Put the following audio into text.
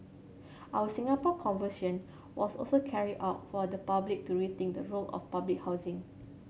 our Singapore Conversation was also carried out for the public to rethink the role of public housing